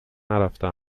نرفته